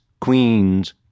queens